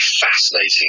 fascinating